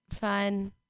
fun